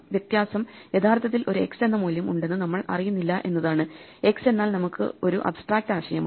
വ്യത്യാസം യഥാർത്ഥത്തിൽ ഒരു x എന്ന മൂല്യം ഉണ്ടെന്നു നമ്മൾ അറിയുന്നില്ല എന്നതാണ് X എന്നാൽ നമുക്കു ഒരു അബ്സ്ട്രാക്ട് ആശയമാണ്